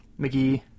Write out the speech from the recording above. McGee